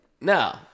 No